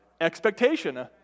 expectation